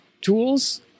tools